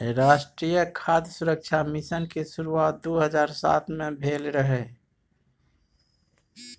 राष्ट्रीय खाद्य सुरक्षा मिशन के शुरुआत दू हजार सात मे भेल रहै